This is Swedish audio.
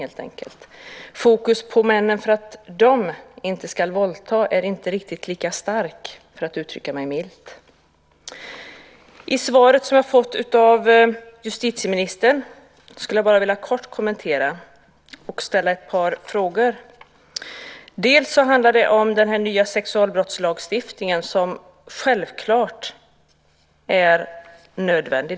Fokuseringen på männen och att de inte ska våldta är inte riktigt lika starkt, för att uttrycka det milt. Jag skulle kort vilja kommentera svaret som jag har fått av justitieministern och ställa ett par frågor. Det handlar bland annat om den nya sexualbrottslagstiftningen, som självfallet är nödvändig.